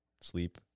Sleep